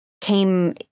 came